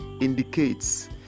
indicates